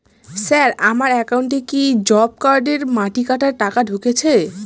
Sir আমার একাউন্টে কি জব কার্ডের মাটি কাটার টাকা ঢুকেছে?